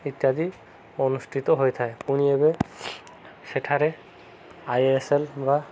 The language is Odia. ଇତ୍ୟାଦି ଅନୁଷ୍ଠିତ ହୋଇଥାଏ ପୁଣି ଏବେ ସେଠାରେ ଆଇଏଏସ୍ଏଲ ବା